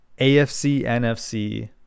AFC-NFC